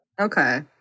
okay